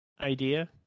idea